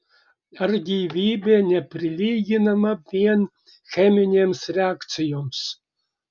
ar gyvybė neprilyginama vien cheminėms reakcijoms